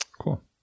Cool